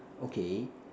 okay